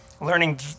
learning